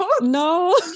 No